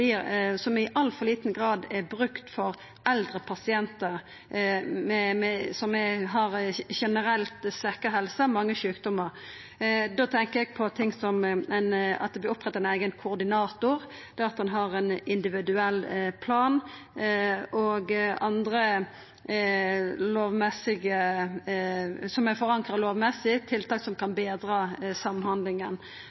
i altfor liten grad vert brukte for eldre pasientar som har generelt svekt helse og mange sjukdomar. Da tenkjer eg på ting som at det vert oppretta ei eiga koordinatorstilling, det at ein har ein individuell plan, og andre tiltak som er forankra lovmessig – tiltak som kan